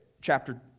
chapter